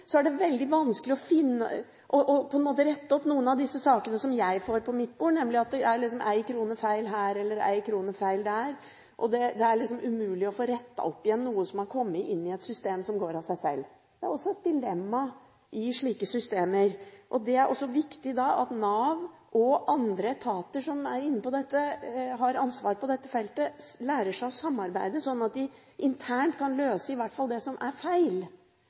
er det veldig vanskelig å finne og på en måte rette opp noen av disse sakene som jeg får på mitt bord, nemlig at det er en krone feil her eller en krone feil der; det er liksom umulig å få rettet opp igjen noe som har kommet inn i et system som går av seg sjøl. Det er også et dilemma i slike systemer. Da er det viktig at Nav og andre etater som har ansvar på dette feltet, lærer seg å samarbeide, sånn at de internt kan løse i hvert fall det som er feil,